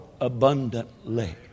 abundantly